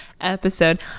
episode